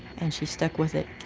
and she stuck with it.